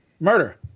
Murder